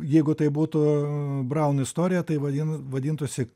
jeigu tai būtų braun istorija tai vadin vadintųsi